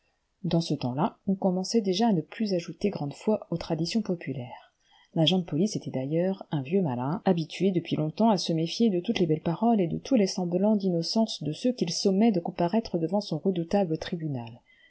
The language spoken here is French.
dans ce temps-là on commençait déjà à ne plus njoater grande foi aux traditions populaires l'agciil de police élait d'ailleurs un icux malin hr bitué depuis longtemps à se méfier de toutes les belles paroles et de tous les semblants d'innocence de ceux qu'il sommait de comparaître devant son redoutable tribunal